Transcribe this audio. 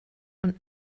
und